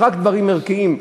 רק דברים ערכיים.